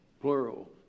plural